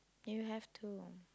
you have to